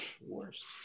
Worse